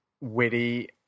witty